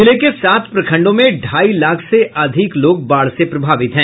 जिले के सात प्रखंडों में ढाई लाख से अधिक लोग बाढ़ से प्रभावित हैं